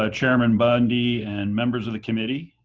ah chairman bundy and members of the committee.